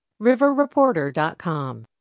riverreporter.com